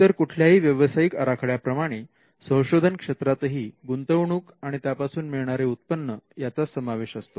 इतर कुठल्याही व्यावसायिक आराखड्याप्रमाणे संशोधन क्षेत्रातही गुंतवणूक आणि त्यापासून मिळणारे उत्पन्न याचा समावेश असतो